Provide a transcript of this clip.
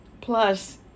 Plus